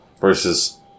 versus